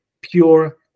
pure